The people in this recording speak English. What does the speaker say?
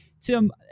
Tim